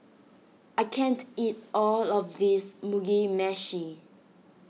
I can't eat all of this Mugi Meshi